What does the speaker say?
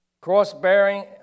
Cross-bearing